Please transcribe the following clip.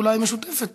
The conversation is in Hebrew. אולי משותפת,